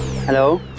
Hello